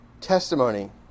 testimony